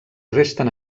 resten